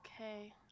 okay